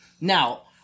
Now